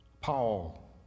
Paul